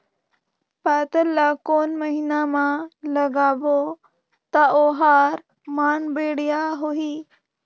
पातल ला कोन महीना मा लगाबो ता ओहार मान बेडिया होही?